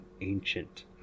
ancient